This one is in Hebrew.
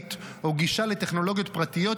כלכלית או גישה לטכנולוגיות פרטיות,